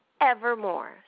evermore